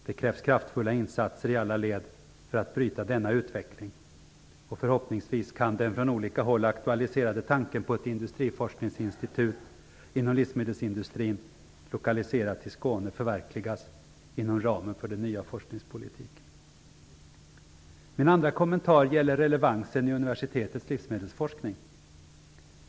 Det krävs kraftfulla insatser i alla led för att bryta denna utveckling. Förhoppningsvis kan den från olika håll aktualiserade tanken på ett industriforskningsinstitut inom livsmedelsindustrin lokaliserat till Skåne förverkligas inom ramen för den nya forskningspolitiken. Min andra kommentar gäller relevansen i universitetets livsmedelsforskning.